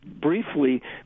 briefly